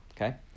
Okay